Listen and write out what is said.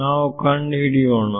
ನಾವು ಕಂಡುಹಿಡಿಯೋಣ